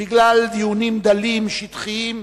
בגלל דיונים דלים, שטחיים,